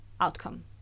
outcome